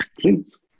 Please